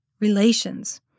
relations